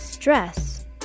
stress